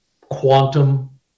quantum